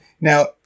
Now